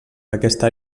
aquesta